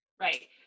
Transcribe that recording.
Right